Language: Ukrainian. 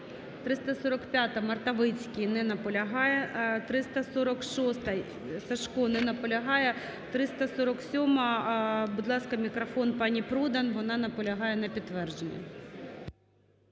345-а, Мартовицький не наполягає. 346-а, Сажко не наполягає. 347-а. Будь ласка, мікрофон пані Продан. Вона наполягає на підтвердженні.